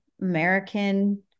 American